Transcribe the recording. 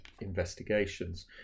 investigations